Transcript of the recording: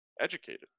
educated